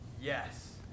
Yes